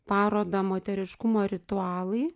parodą moteriškumo ritualai